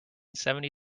seventy